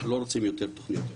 אנחנו לא רוצים יותר תוכניות חומש,